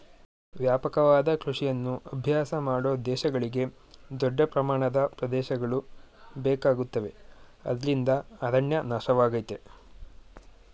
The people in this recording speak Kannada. ವ್ಯಾಪಕವಾದ ಕೃಷಿಯನ್ನು ಅಭ್ಯಾಸ ಮಾಡೋ ದೇಶಗಳಿಗೆ ದೊಡ್ಡ ಪ್ರಮಾಣದ ಪ್ರದೇಶಗಳು ಬೇಕಾಗುತ್ತವೆ ಅದ್ರಿಂದ ಅರಣ್ಯ ನಾಶವಾಗಯ್ತೆ